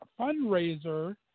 fundraiser